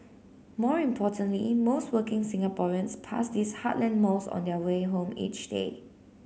more importantly most working Singaporeans pass these heartland malls on their way home each day